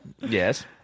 Yes